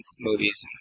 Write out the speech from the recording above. movies